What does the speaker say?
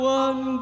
one